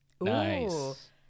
Nice